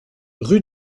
rue